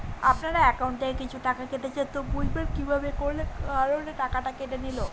আপনার একাউন্ট থেকে কিছু টাকা কেটেছে তো বুঝবেন কিভাবে কোন কারণে টাকাটা কেটে নিল?